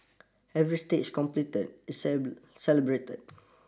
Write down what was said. every stage completed is celebrated